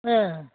ओह